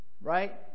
Right